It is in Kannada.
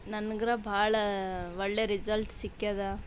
ನನ್ಗಾರ ಭಾಳ ಒಳ್ಳೆ ರಿಸಲ್ಟ್ ಸಿಕ್ಕದ